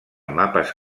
mapes